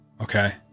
Okay